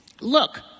look